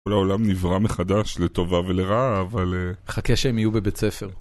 כל העולם נברא מחדש, לטובה ולרעה, אבל... חכה שהם יהיו בבית ספר.